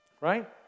Right